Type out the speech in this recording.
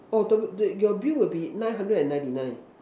oh to~ the your Bill will be nine hundred and ninety nine